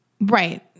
Right